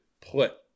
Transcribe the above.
put